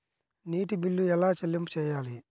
నీటి బిల్లు ఎలా చెల్లింపు చేయాలి?